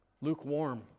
Lukewarm